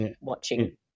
watching